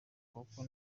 kuko